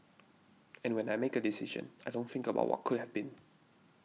and when I make a decision I don't think about what could have been